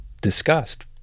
discussed